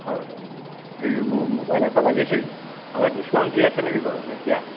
হয় হয় হেৰি মোক মোবাইল এটা লাগিছিল আৰু ডিছকাউণ্ট দি আছে নেকি বাৰু এতিয়া